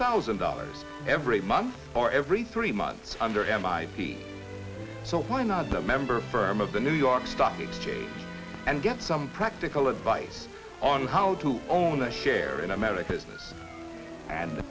thousand dollars every month or every three months under an i v so why not the member firm of the new york stock exchange and get some practical advice on how to own a share in america